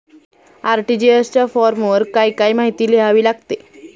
RTGS च्या फॉर्मवर काय काय माहिती लिहावी लागते?